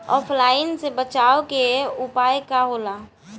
ऑफलाइनसे बचाव के उपाय का होला?